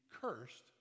cursed